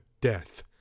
death